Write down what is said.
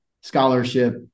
scholarship